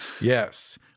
Yes